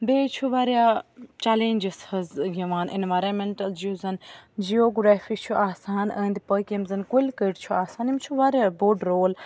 بیٚیہِ چھُ واریاہ چیَلینجِس حظ یِوان انوارامیٚنٹَل یُس زَن جِیوگرافی چھُ آسان أنٛدۍ پٔکۍ یِم زَن کُلۍ کٔٹۍ چھِ آسان یِم چھِ واریاہ بوٚڑ رول